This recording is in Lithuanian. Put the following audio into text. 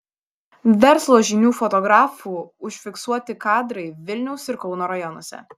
verslo žinių fotografų užfiksuoti kadrai vilniaus ir kauno rajonuose